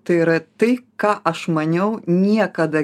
tai yra tai ką aš maniau niekada